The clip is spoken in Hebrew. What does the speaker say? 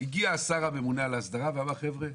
הגיע השר הממונה על ההסדרה ואמר 'חבר'ה,